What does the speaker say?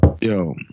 Yo